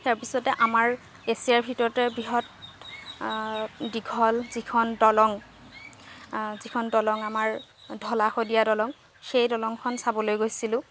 ইয়াৰ পিছতে আমাৰ এছিয়াৰ ভিতৰতে বৃহৎ দীঘল যিখন দলং যিখন দলং আমাৰ ধলা শদিয়া দলং সেই দলংখন চাবলৈ গৈছিলো